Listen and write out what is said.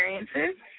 experiences